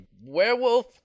werewolf